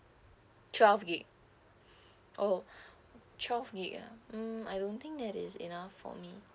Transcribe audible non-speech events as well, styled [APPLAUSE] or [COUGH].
twelve G_B [BREATH] oh [BREATH] twelve G_B ah mm I don't think that is enough for me